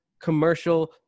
commercial